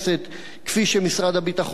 כפי שמשרד הביטחון תכנן.